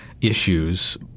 issues